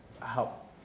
help